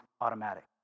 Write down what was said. automatic